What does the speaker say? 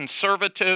conservative